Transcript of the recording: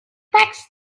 tax